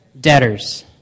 debtors